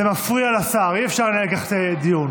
זה מפריע לשר, אי-אפשר לנהל כך דיון.